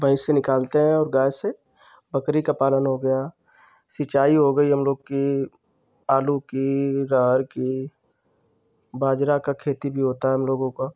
भैंस से निकालते हैं और गाय से बकरी का पालन हो गया सिंचाई हो गई हम लोग कि आलू कि अरहर कि बाजरा का खेती भी होता है हम लोगों का